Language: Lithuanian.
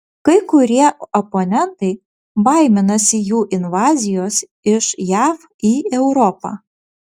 kai kurie oponentai baiminasi jų invazijos iš jav į europą